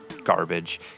garbage